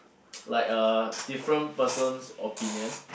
like uh different person's opinion